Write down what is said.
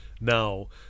now